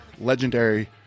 legendary